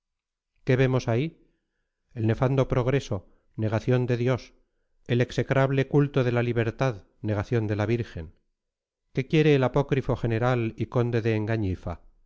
vemos ahí el nefando progreso negación de dios el execrable culto de la libertad negación de la virgen qué quiere el apócrifo general y conde de engañifa